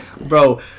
Bro